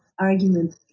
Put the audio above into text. argument